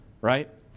right